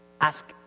Ask